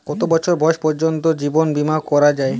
কত বছর বয়স পর্জন্ত জীবন বিমা করা য়ায়?